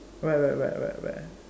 right right right right right